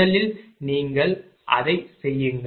முதலில் நீங்கள் அதைச் செய்யுங்கள்